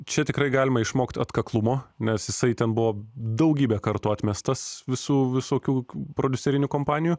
čia tikrai galima išmokti atkaklumo nes jisai ten buvo daugybę kartų atmestas visų visokių prodiuserinių kompanijų